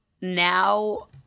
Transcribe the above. now